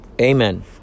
Amen